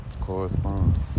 correspond